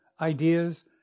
ideas